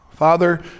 Father